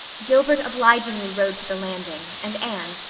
gilbert obligingly rowed to the landing and anne,